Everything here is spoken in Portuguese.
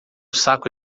saco